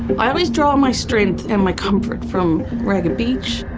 always draw my strength and my comfort from ragged beach.